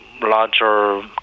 larger